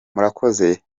murakoze